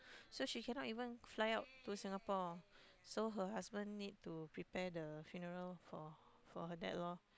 so she cannot even fly out to Singapore so her husband need to prepare the funeral for her for her dad lor